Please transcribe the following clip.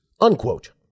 unquote